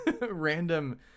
random